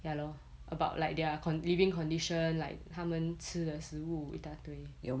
ya lor about like their condi~ living condition like 他们吃的食物一大堆